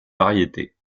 variétés